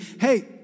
hey